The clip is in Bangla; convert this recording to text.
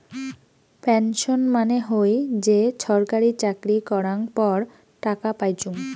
পেনশন মানে হই যে ছরকারি চাকরি করাঙ পর টাকা পাইচুঙ